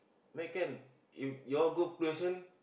where can if your go police station